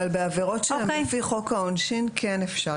אבל בעבירות שהן לפי חוק העונשין כן אפשר.